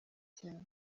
cyane